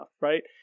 right